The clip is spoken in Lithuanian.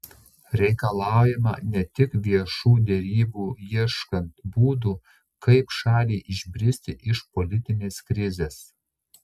reikalaujama ne tik viešų derybų ieškant būdų kaip šaliai išbristi iš politinės krizės